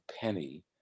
Penny